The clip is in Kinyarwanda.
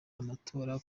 amatora